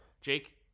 Jake